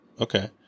okay